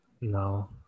no